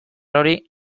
hori